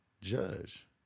judge